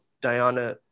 Diana